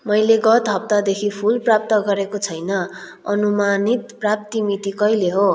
मैले गत हप्तादेखि फुल प्राप्त गरेको छैन अनुमानित प्राप्ति मिति कहिले हो